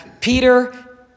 Peter